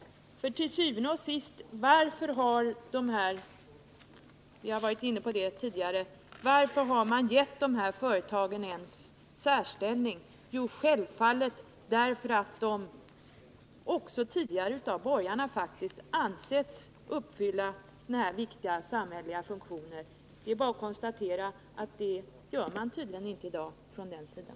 Til syvende og sidst gäller det ju: Varför har man — vi har varit inne på det tidigare — givit de här företagen en särställning? Jo, självfallet därför att de tidigare faktiskt också av borgarna ansetts uppfylla sådana här viktiga samhälleliga funktioner. Det anser man tydligen inte i dag från den sidan.